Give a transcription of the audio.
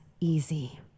easy